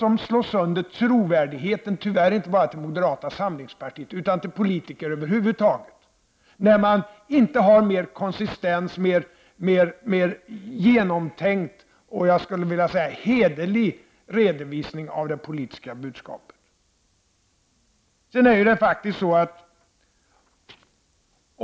Det slår sönder trovärdigheten, tyvärr inte bara till moderaterna utan till politikerna över huvud taget, när man inte kan ge en mer konsistent, genomtänkt och — skulle jag vilja säga — hederlig redovisning av det politiska budskapet.